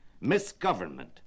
misgovernment